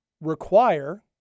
require